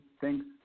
thanks